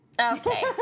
Okay